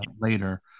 later